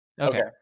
Okay